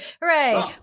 hooray